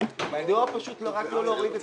מדוע פשוט רק לא להוריד את זה?